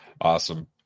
Awesome